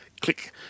click